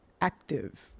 active